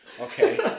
Okay